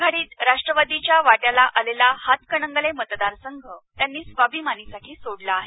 आघाडीत राष्ट्रावादीच्या वाट्याला आलेला हातकणंगले मतदारसंघ त्यांनी स्वाभिमानीसाठी सोडला आहे